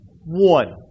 one